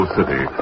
City